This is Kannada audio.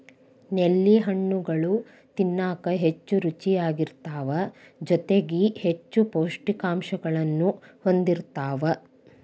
ನೇಲಿ ಹಣ್ಣುಗಳು ತಿನ್ನಾಕ ಹೆಚ್ಚು ರುಚಿಯಾಗಿರ್ತಾವ ಜೊತೆಗಿ ಹೆಚ್ಚು ಪೌಷ್ಠಿಕಾಂಶಗಳನ್ನೂ ಹೊಂದಿರ್ತಾವ